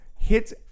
Hits